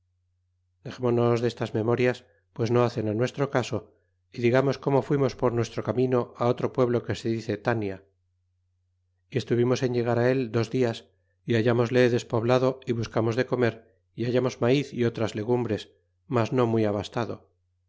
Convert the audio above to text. hércules dexémonos destas memorias pgels no hacen á nuestro caso y digamos como ftdbits por nuestro camino otro pueblo que se dice tania y estuvimos en llegar á el dos dias y hallmosle despoblado y buscamos de comer y hallamos maiz é otras legumbres mas no muy abastado